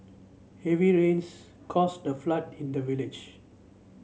heavy rains caused a flood in the village